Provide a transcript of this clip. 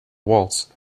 waltz